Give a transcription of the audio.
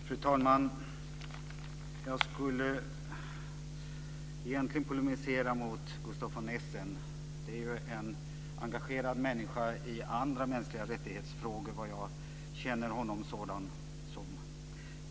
Fru talman! Jag skulle egentligen polemisera mot Gustaf von Essen. Det är ju en engagerad människa i andra människorättsfrågor, såsom jag känner honom.